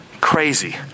crazy